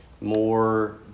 more